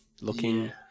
looking